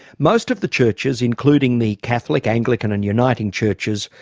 most of the churches, including the catholic, anglican and uniting churches,